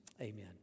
Amen